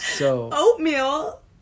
Oatmeal